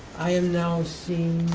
i am now seeing